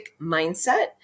mindset